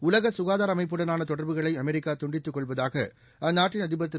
உலக சுகாதார அமைப்புடனான தொடர்புகளை அமெரிக்கா துண்டித்துக் கொள்வதாக அந்நாட்டின் அதிபர் திரு